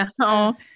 No